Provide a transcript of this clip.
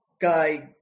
guy